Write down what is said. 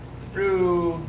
through